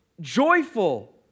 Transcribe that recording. joyful